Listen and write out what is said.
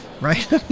right